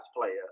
player